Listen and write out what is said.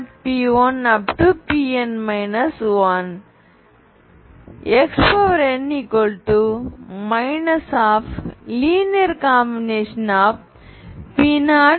Pn 1 xn linear combination of P0P1